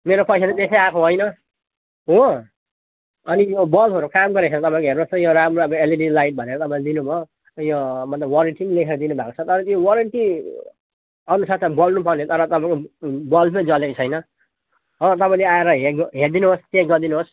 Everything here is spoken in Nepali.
मेरो पैसा चाहिँ त्यसै आएको होइन हो अनि यो बल्बहरू काम गरेको छैन तपाईँको हेर्नुहोस् त राम्रो अब एलइडी लाइट भनेर तपाईँले दिनु भयो यो मतलब वारेन्टी पनि लेखेर दिनु भएको छ वारेन्टी अनुसार त बल्नुपर्ने तर तपाईँको बल्बै जलेको छैन हो तपाईँ ले आएर हेरिदिनुहोस् चेक गरिदिनुहोस्